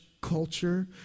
culture